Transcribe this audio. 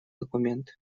документ